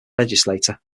legislature